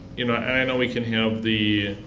you know and i know we can have the,